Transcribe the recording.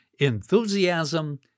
enthusiasm